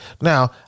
Now